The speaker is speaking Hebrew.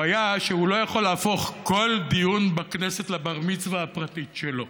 הוא שהוא לא יכול להפוך כל דיון בכנסת לבר-מצווה הפרטי שלו.